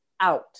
out